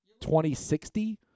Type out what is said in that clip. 2060